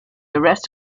arrest